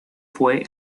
fue